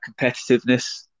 competitiveness